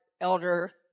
elder